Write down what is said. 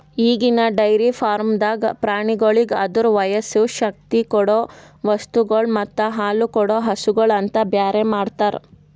ಈಗಿನ ಡೈರಿ ಫಾರ್ಮ್ದಾಗ್ ಪ್ರಾಣಿಗೋಳಿಗ್ ಅದುರ ವಯಸ್ಸು, ಶಕ್ತಿ ಕೊಡೊ ವಸ್ತುಗೊಳ್ ಮತ್ತ ಹಾಲುಕೊಡೋ ಹಸುಗೂಳ್ ಅಂತ ಬೇರೆ ಮಾಡ್ತಾರ